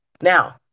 Now